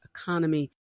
economy